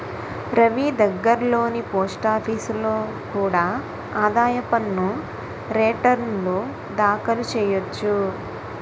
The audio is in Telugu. రవీ దగ్గర్లోని పోస్టాఫీసులో కూడా ఆదాయ పన్ను రేటర్న్లు దాఖలు చెయ్యొచ్చు